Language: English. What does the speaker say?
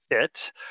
fit